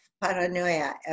paranoia